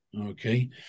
okay